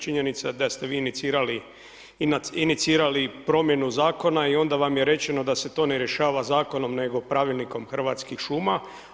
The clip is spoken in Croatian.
Činjenica da ste vi inicirali promjenu zakona i onda vam je rečeno da se to ne rješava zakonom nego pravilnikom Hrvatskih šuma.